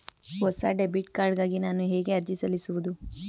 ಹೊಸ debit card ಗಾಗಿ ನಾನು ಹೇಗೆ ಅರ್ಜಿ ಸಲ್ಲಿಸುವುದು?